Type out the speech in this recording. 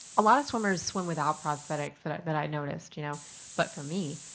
a lot of swimmers swim without prosthetics that i but i noticed. you know but for me